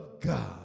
God